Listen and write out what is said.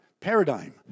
paradigm